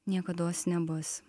niekados nebus